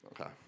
Okay